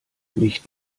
nicht